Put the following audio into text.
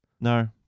No